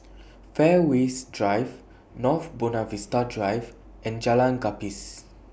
Fairways Drive North Buona Vista Drive and Jalan Gapis